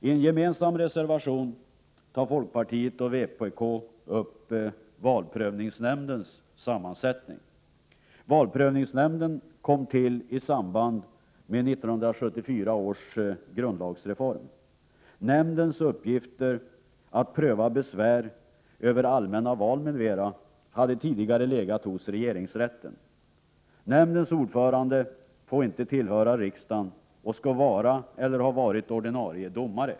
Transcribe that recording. I en gemensam reservation tar folkpartiet och vpk upp valprövningsnämndens sammansättning. Valprövningsnämnden kom till i samband med 1974 års grundlagsreform. Nämndens uppgifter att pröva besvär över allmänna val m.m. hade tidigare legat hos regeringsrätten. Nämndens ordförande får inte tillhöra riksdagen och skall vara eller ha varit ordinarie domare.